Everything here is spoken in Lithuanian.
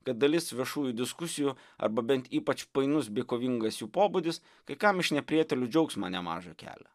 kad dalis viešųjų diskusijų arba bent ypač painus bei kovingas jų pobūdis kai kam iš neprietelių džiaugsmo nemaža kelia